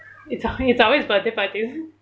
it's a it's always birthday parties